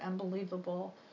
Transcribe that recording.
unbelievable